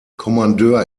kommandeur